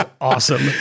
awesome